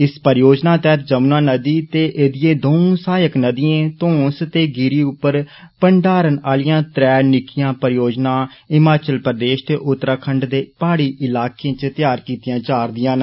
इस परियोजना तैहत यमुना नदी ते ऐदिएं दंऊ सहायक नदिएं तौंस ते गीरी उप्पर भंडारण आलियां त्रै निकियां परियोजना हिमाचल प्रदेष ते उत्तराखंड दे पहाड़ी इलाकें च तैयार कीतियां जारदियां न